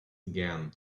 again